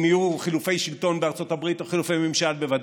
אם יהיו חילופי שלטון או חילופי ממשל בארצות הברית,